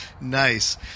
Nice